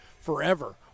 forever